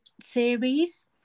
series